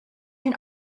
can